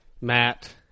Matt